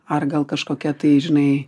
ar gal kažkokia tai žinai